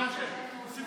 הצעת